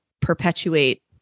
perpetuate